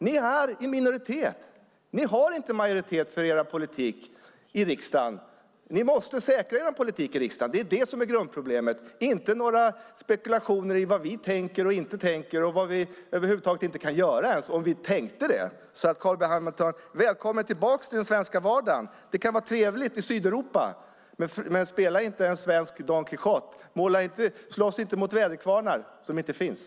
Ni är i minoritet. Ni har inte majoritet för er politik i riksdagen. Ni måste säkra er politik i riksdagen. Det är grundproblemet, inte några spekulationer om vad vi tänker och inte tänker eller om vad vi över huvud taget skulle kunna göra ens om vi tänkte det. Välkommen tillbaka till den svenska vardagen, Carl B Hamilton! Det kan vara trevligt i Sydeuropa, men spela inte svensk Don Quijote. Slåss inte mot väderkvarnar som inte finns!